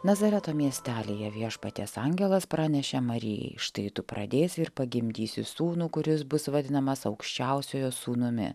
nazareto miestelyje viešpaties angelas pranešė marijai štai tu pradėsi ir pagimdysi sūnų kuris bus vadinamas aukščiausiojo sūnumi